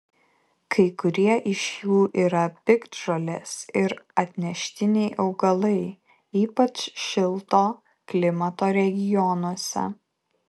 kai kurie iš jų yra piktžolės ir atneštiniai augalai ypač šilto klimato regionuose